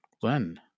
Glenn